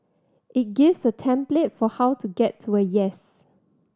it gives a template for how to get to a yes